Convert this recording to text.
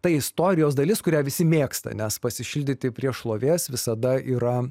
ta istorijos dalis kurią visi mėgsta nes pasišildyti prie šlovės visada yra